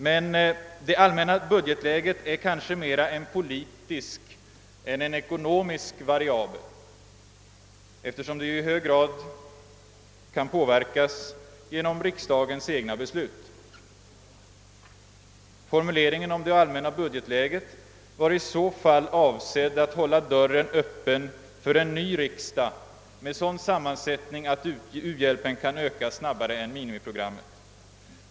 Men det allmänna budgetläget är kanske mera en politisk än en ekonomisk variabel, eftersom det i hög grad kan påverkas genom riksdagens egna beslut. Formuleringen om det allmänna budgetläget var i så fall avsedd att hålla dörren öppen för en ny riksdag med sådan sammansättning att u-hjälpen kan öka snabbare än minimiprogrammet.